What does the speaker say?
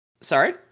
sorry